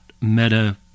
Meta